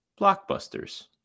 blockbusters